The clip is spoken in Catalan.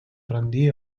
rendir